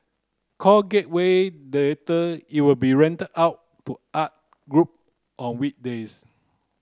called Gateway Theatre it will be rented out to art group on weekdays